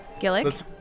Gillick